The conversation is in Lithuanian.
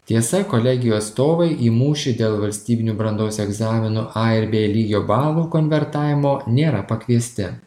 tiesa kolegijų atstovai į mūšį dėl valstybinių brandos egzaminų a ir b lygio balų konvertavimo nėra pakviesti